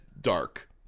Dark